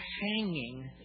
hanging